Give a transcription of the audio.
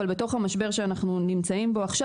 אבל בתוך המשבר שאנחנו נמצאים בו עכשיו